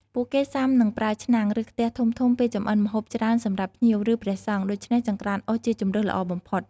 ពួកគេសុាំនឹងប្រើឆ្នាំង ឬ ខ្ទះធំៗពេលចម្អិនម្ហូបច្រើនសម្រាប់ភ្ញៀវ ឬ ព្រះសង្ឃ ដូច្នេះ ចង្រ្កានអុសជាជម្រើសល្អបំផុត។